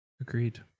Agreed